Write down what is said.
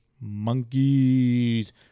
Monkeys